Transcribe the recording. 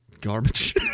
garbage